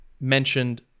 mentioned